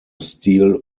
steel